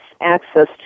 access